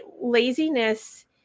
laziness